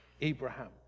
Abraham